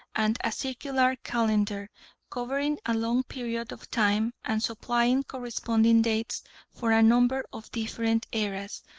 and a circular calender covering a long period of time, and supplying corresponding dates for a number of different eras,